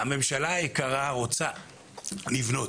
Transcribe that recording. הממשלה היקרה רוצה לבנות.